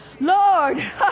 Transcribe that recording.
Lord